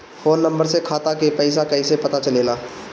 Phone number से खाता के पइसा कईसे पता चलेला?